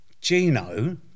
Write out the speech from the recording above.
Gino